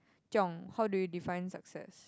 Chiong how do you define success